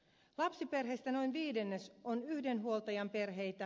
lapsiperheistä noin viidennes on yhden huoltajan perheitä